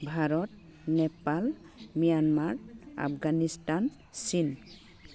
Bharat Nepal Myanmar Afghanistan चिन